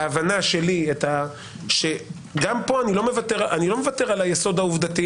ההבנה שלי היא שגם כאן אני לא מוותר על היסוד העובדתי